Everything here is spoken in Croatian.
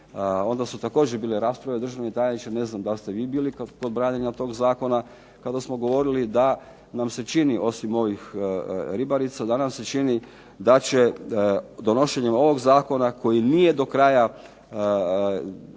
onda su također bile rasprave, državni tajniče ne znam da li ste vi bili kod branjenja tog Zakona, kada smo govorili da nam se čini da će donošenjem ovog Zakona koji nije do kraja išao